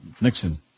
Nixon